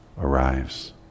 arrives